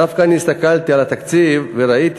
דווקא הסתכלתי על התקציב וראיתי